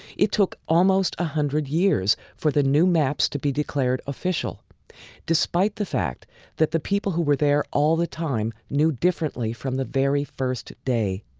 it took almost one hundred years for the new maps to be declared official despite the fact that the people who were there all the time knew differently from the very first day.